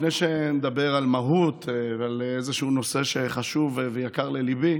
לפני שאני אדבר על מהות ועל איזשהו נושא שחשוב ויקר לליבי,